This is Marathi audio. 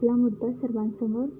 आपला मुद्दा सर्वांसोबत